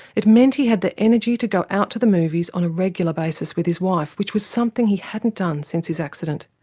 it meant he had the energy to go out to the movies on a regular basis with his wife, which was something he hadn't done since his accident.